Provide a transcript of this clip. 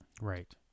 Right